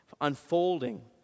unfolding